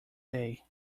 day